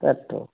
পেটটো